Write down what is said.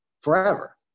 forever